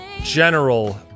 general